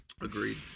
Agreed